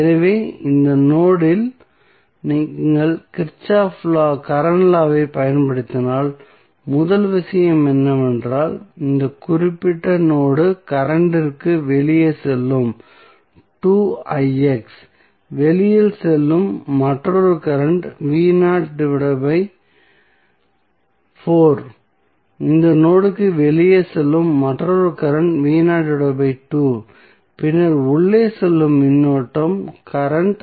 எனவே இந்த நோட் இல் நீங்கள் கிர்ச்சோஃப் கரண்ட் லா வைப் பயன்படுத்தினால் முதல் விஷயம் என்னவென்றால் இந்த குறிப்பிட்ட நோடு கரண்ட் இற்கு வெளியே செல்லும் வெளியில் செல்லும் மற்றொரு கரண்ட் இந்த நோடுக்கு வெளியே செல்லும் மற்றொரு கரண்ட் பின்னர் உள்ளே செல்லும் மின்னோட்டம் கரண்ட்